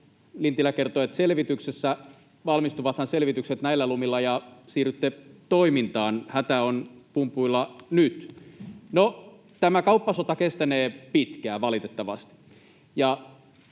selvityksessä — valmistuvathan selvitykset näillä lumilla ja siirrytte toimintaan? Hätä on pumpuilla nyt. No, tämä kauppasota kestänee pitkään, valitettavasti,